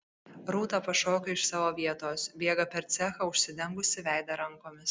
rūta pašoka iš savo vietos bėga per cechą užsidengusi veidą rankomis